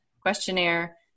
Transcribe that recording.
questionnaire